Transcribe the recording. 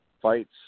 fights